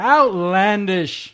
Outlandish